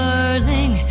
Darling